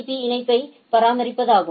பீ இணைப்பை பராமரிப்பதாகும்